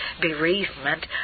bereavement